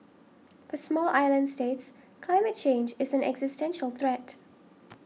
for small island states climate change is an existential threat